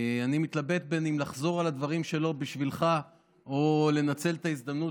אני מתלבט אם לחזור על הדברים שלו בשבילך או לנצל את ההזדמנות